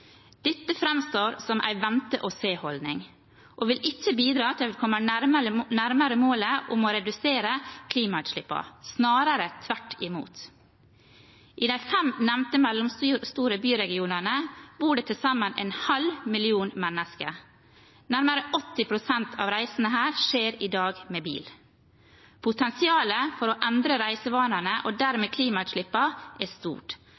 Dette framstår som en vente-og-se-holdning og vil ikke bidra til at vi kommer nærmere målet om å redusere klimautslippene, snarere tvert imot. I de fem nevnte mellomstore byregionene bor det til sammen en halv million mennesker. Nærmere 80 pst. av reisene her skjer i dag med bil. Potensialet for å endre reisevanene og dermed klimautslippene er stort.